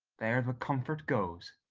there the comfort goes.